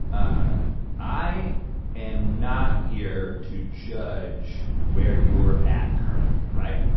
ah i am not here to judge where you're at currently, right?